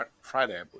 Friday